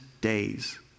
days